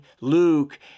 Luke